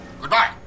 goodbye